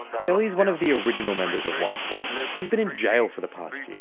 celly's one of the original members of onefour. and and he's been in jail for the past year,